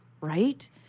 Right